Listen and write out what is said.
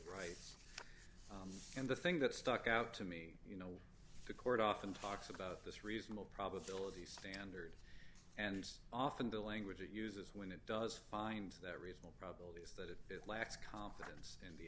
rights and the thing that stuck out to me you know the court often talks about this reasonable probability standard and often the language it uses when it does find that reasonable probability is that it lacks confidence in the